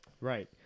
Right